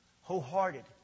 wholehearted